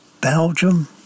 Belgium